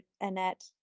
annette